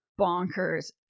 bonkers